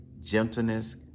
gentleness